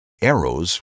Arrows